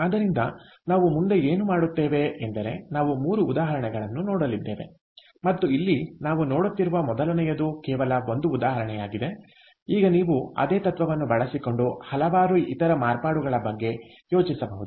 ಆದ್ದರಿಂದ ನಾವು ಮುಂದೆ ಏನು ಮಾಡುತ್ತೇವೆ ಎಂದರೆ ನಾವು 3 ಉದಾಹರಣೆಗಳನ್ನು ನೋಡಲಿದ್ದೇವೆ ಮತ್ತು ಇಲ್ಲಿ ನಾವು ನೋಡುತ್ತಿರುವ ಮೊದಲನೆಯದು ಕೇವಲ ಒಂದು ಉದಾಹರಣೆಯಾಗಿದೆ ಈಗ ನೀವು ಅದೇ ತತ್ವವನ್ನು ಬಳಸಿಕೊಂಡು ಹಲವಾರು ಇತರ ಮಾರ್ಪಾಡುಗಳ ಬಗ್ಗೆ ಯೋಚಿಸಬಹುದು